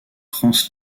franz